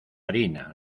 harina